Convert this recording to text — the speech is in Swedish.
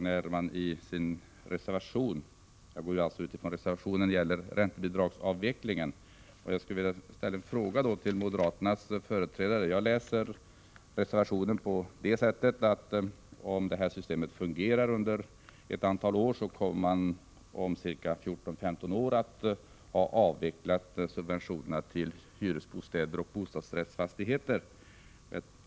Jag utgår från moderaternas reservation beträffande räntebidragets avveckling och skulle vilja ställa en fråga till moderaternas företrädare. Jag läser reservationen på det sättet att om det föreslagna systemet fungerar under ett antal år, kommer vi om ca 14—15 år att ha avvecklat subventionerna för hyresbostäder och bostadsrättsfastigheter.